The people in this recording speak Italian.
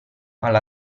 alla